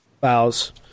bows